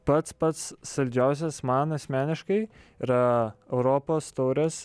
pats pats saldžiausias man asmeniškai yra europos taurės